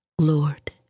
Lord